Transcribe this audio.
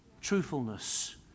Truthfulness